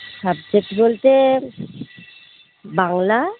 subject বলতে বাংলা